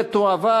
ותועבר